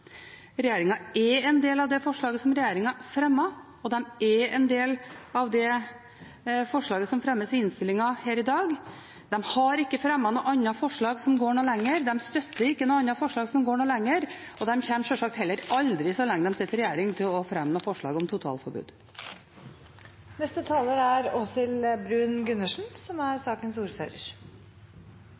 det forslaget som fremmes i innstillingen her i dag. De har ikke fremmet noe forslag som går lenger. De støtter ikke noe forslag som går lenger. Og de kommer sjølsagt heller aldri så lenge de sitter i regjering, til å fremme noe forslag om totalforbud.